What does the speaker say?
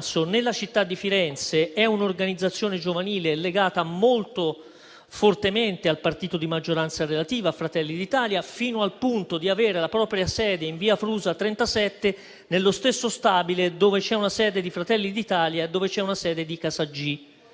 studentesca, nella città di Firenze, è un'organizzazione giovanile legata molto fortemente al partito di maggioranza relativa, a Fratelli d'Italia, fino al punto di avere la propria sede in Via Frusa 37, nello stesso stabile dove c'è una sede di Fratelli d'Italia e una di Casaggì.